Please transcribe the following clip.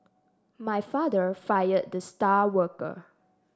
my father fired the star worker